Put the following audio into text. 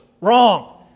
Wrong